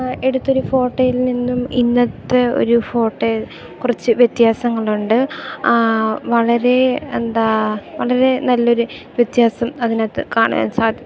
എടുത്ത ഒരു ഫോട്ടോയിൽ നിന്നും ഇന്നത്തെ ഒരു ഫോട്ടോയെ കുറച്ചു വ്യത്യാസങ്ങൾ ഉണ്ട് വളരെ എന്താണ് വളരെ നല്ല ഒരു വ്യത്യാസം അതിനകത്ത് കാണാൻ സാധിക്കും